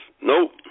Nope